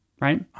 Right